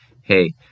hey